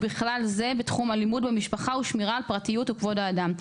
ובכלל זה בתחום אלימות במשפחה ושמירה על פרטיות וכבוד האדם,